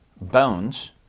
Bones